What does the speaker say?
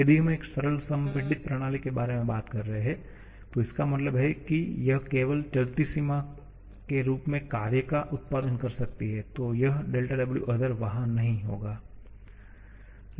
यदि हम एक सरल संपीड़ित प्रणाली के बारे में बात कर रहे हैं तो इसका मतलब है कि यह केवल चलती सीमा के रूप में कार्य का उत्पादन कर सकती है तो यह 𝛿𝑊𝑜𝑡ℎ𝑒𝑟 वहा नहीं होगा